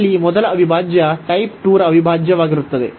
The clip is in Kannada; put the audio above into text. ಅಲ್ಲಿ ಮೊದಲ ಅವಿಭಾಜ್ಯ ಟೈಪ್ 2 ರ ಅವಿಭಾಜ್ಯವಾಗಿರುತ್ತದೆ